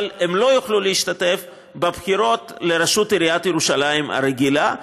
אבל הם לא יוכלו להשתתף בבחירות לראשות עיריית ירושלים הרגילה,